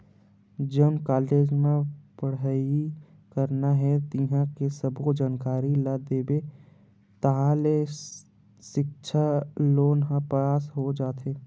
जउन कॉलेज म पड़हई करना हे तिंहा के सब्बो जानकारी ल देबे ताहाँले सिक्छा लोन ह पास हो जाथे